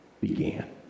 began